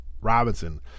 Robinson